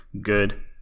good